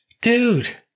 Dude